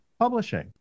publishing